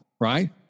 right